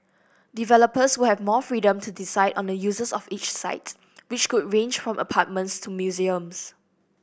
developers will have more freedom to decide on the uses of each site which could range from apartments to museums